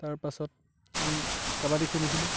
তাৰপাছত আমি কাবাডী খেলিছিলোঁ